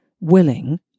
willing